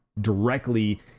directly